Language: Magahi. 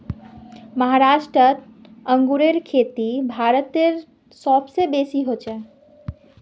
महाराष्ट्र अंगूरेर खेती भारतत सब स बेसी हछेक